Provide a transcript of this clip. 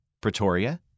Pretoria